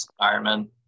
environment